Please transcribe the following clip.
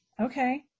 Okay